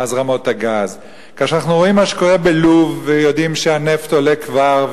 אז רמות הגז; כאשר אנחנו רואים מה שקורה בלוב ויודעים שהנפט עולה כבר,